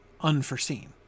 unforeseen